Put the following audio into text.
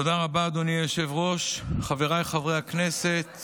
חבריי חברי הכנסת,